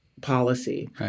policy